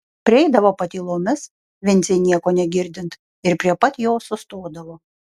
prieidavo patylomis vincei nieko negirdint ir prie pat jo sustodavo